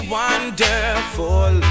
wonderful